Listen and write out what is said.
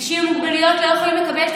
אנשים עם מוגבלויות לא יכולים לקבל את